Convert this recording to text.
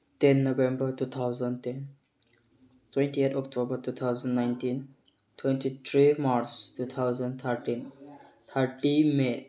ten November two thousand ten twenty eight October two thousand nineteen twenty three March two thousand thirteen thirty may